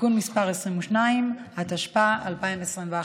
(תיקון מס' 22), התשפ"א 2021,